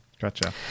Gotcha